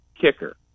kicker